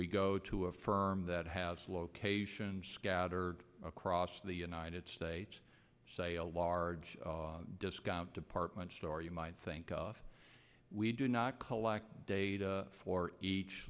we go to a firm that has locations scattered across the united states say a large discount department store you might think of we do not collect data for each